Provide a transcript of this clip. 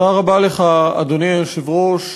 אדוני היושב-ראש,